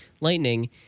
Lightning